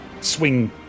swing